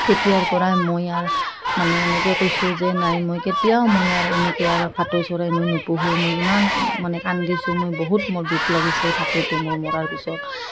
তেতিয়াৰ পৰাই মই আৰ মানে এনেকৈ কৈছোঁ যে নাই মই কেতিয়াও মই আৰ এনেকৈ আৰ ভাটৌ চৰাই মই নোপোহোঁ মই ইমান মানে কান্দিছোঁ মই বহুত মোৰ দুখ লাগিছে ভাটৌটো মোৰ মৰাৰ পিছত